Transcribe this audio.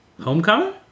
Homecoming